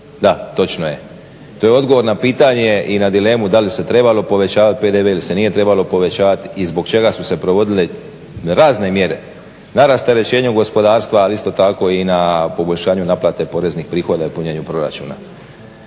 Da točno je, to je odgovor na pitanje da li se trebalo povećavati PDV ili se nije trebalo povećavati i zbog čega su se provodile razne mjere na rasterećenju gospodarstva ali isto tako i na poboljšanju naplate poreznih prihoda i punjenju proračuna.